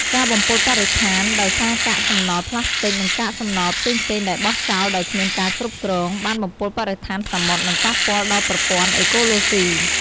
ការបំពុលបរិស្ថាន ដោយសារកាកសំណល់ប្លាស្ទិក និងកាកសំណល់ផ្សេងៗដែលបោះចោលដោយគ្មានការគ្រប់គ្រង បានបំពុលបរិស្ថានសមុទ្រ និងប៉ះពាល់ដល់ប្រព័ន្ធអេកូឡូស៊ី។